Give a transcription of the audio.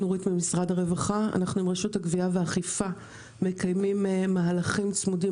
אנחנו עם רשות הגבייה והאכיפה מקיימים מהלכים צמודים